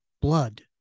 Blood